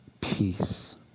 Peace